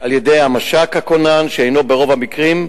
על-ידי המש"ק הכונן, שהוא, ברוב המקרים,